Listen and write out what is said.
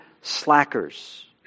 slackers